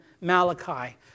Malachi